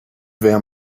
wer